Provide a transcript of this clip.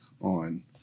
on